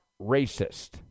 Racist